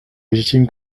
légitime